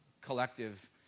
collective